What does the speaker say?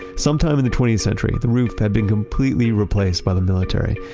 sometime in the twentieth century, the roof had been completely replaced by the military,